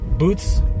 Boots